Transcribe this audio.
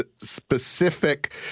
specific